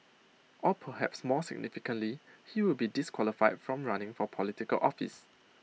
or perhaps more significantly he would be disqualified from running for Political office